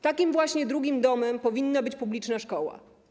Takim właśnie drugim domem powinna być publiczna szkoła.